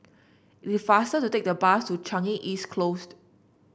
faster to take the bus to Changi East Closed